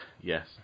yes